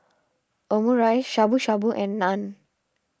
Omurice Shabu Shabu and Naan